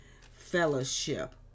fellowship